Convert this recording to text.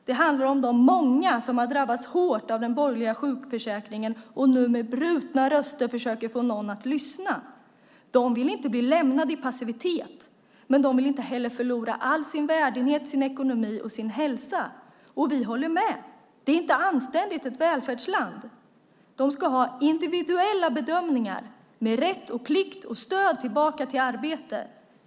Det handlar om de många som har drabbats hårt av den borgerliga sjukförsäkringen och som nu med brutna röster försöker få någon att lyssna. De vill inte bli lämnade i passivitet. Men de vill inte heller förlora all sin värdighet, sin ekonomi och sin hälsa. Vi håller med. Det är inte anständigt för ett välfärdsland. De ska ha individuella bedömningar med rätt, plikt och stöd tillbaka till arbete.